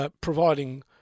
providing